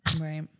right